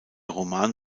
roman